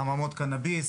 חממות קנאביס,